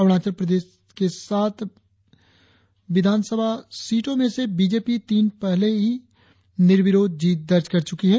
अरुणाचल प्रदेश की साथ विधानसभा सीटों में से बीजेपी तीन सीटों पर पहले ही निर्विरोध जीत दर्ज कर च्रकी है